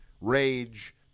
Rage